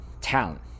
talent